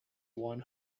one